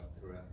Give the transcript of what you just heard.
throughout